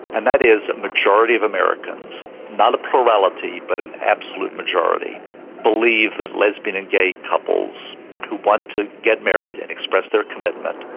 and that is a majority of americans not a plurality but an absolute majority believe that lesbian and gay couples who want to get married and express their commitment,